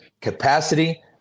capacity